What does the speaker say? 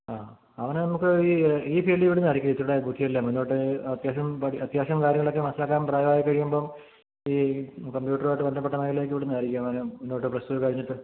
ആ അവനെ നമുക്ക് ഈ ഈ ഫീൽഡി വിടുന്നതായിരിക്കും ഇച്ചിരൂടെ ബുദ്ധിയല്ലേ മുന്നോട്ട് അത്യാവശ്യം പഠിക്കാൻ അത്യാവശ്യം കാര്യങ്ങളൊക്കെ മനസ്സിലാക്കാൻ പ്രായമായി കഴിയുമ്പോൾ ഈ കമ്പ്യൂട്ടറുമായിട്ട് ബന്ധപ്പെട്ട മേഖലയിലേക്ക് വിടുന്നതായിരിക്കും അവന് മുന്നോട്ട് പ്ലസ് ടു ഒക്കെ കഴിഞ്ഞിട്ട്